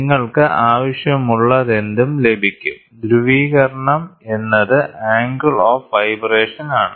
നിങ്ങൾക്ക് ആവശ്യമുള്ളതെന്തും ലഭിക്കും ധ്രുവീകരണം എന്നത് ആംഗിൾ ഓഫ് വൈബ്രേഷൻ ആണ്